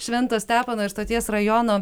švento stepono ir stoties rajono